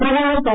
பிரதமர் திரு